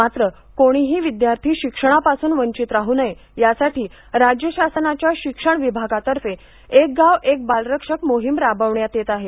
मात्र कोणीही विद्यार्थी शिक्षणापासून वंचित राहू नये यासाठी राज्य शासनाच्या शिक्षण विभागातर्फे एक गाव एक बालरक्षक मोहीम राबविण्यात येत आहे